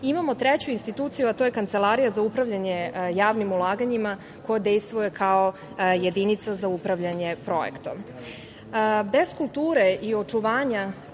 Imamo treću instituciju, a to je Kancelarija za upravljanje javnim ulaganjima koja dejstvuje kao jedinica za upravljanje projektom. Bez